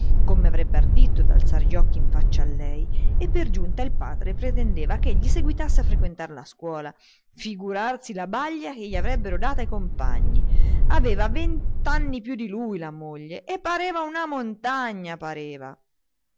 come avrebbe ardito d'alzar gli occhi in faccia a lei e per giunta il padre pretendeva ch'egli seguitasse a frequentar la scuola figurarsi la baja che gli avrebbero data i compagni aveva venti anni più di lui la moglie e pareva una montagna pareva